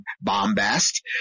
bombast